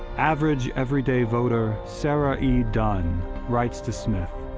average, everyday voter sarah e. dunne writes to smith